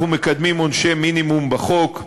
אנחנו מקדמים עונשי מינימום בחוק,